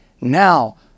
Now